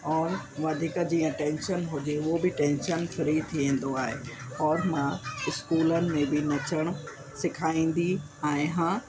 और वधीक जीअं टैंशन हुजे उहो बि टैंशन फ़्री थी वेंदो आहे और मां स्कूलनि में बि नचणु सेखारींदी आहियां